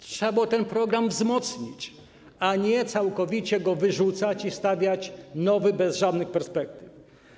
Trzeba było ten program wzmocnić, a nie całkowicie go wyrzucać i stawiać nowy bez żadnych perspektyw.